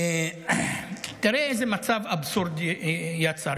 תראה איזה מצב אבסורד יצא.